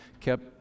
kept